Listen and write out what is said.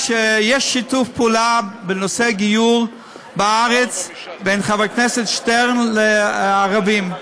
שיש שיתוף פעולה בנושא גיור בארץ בין חבר הכנסת שטרן לערבים.